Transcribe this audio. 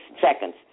seconds